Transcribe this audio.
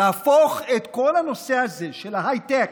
להפוך את כל הנושא הזה של ההייטק,